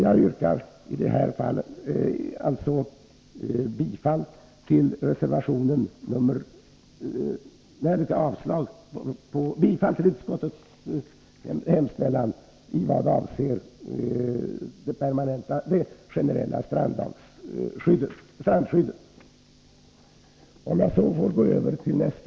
Jag yrkar alltså bifall till utskottets hemställan i vad avser det generella strandskyddet.